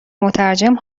مترجم